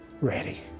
ready